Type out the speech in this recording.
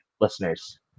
Listeners